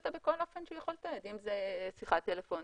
בכל אופן שהוא יכול לתעד, אם זאת שיחה טלפונית,